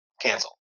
cancel